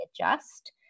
adjust